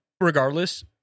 Regardless